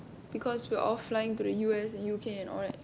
because we are all flying to the U_S the U_K all that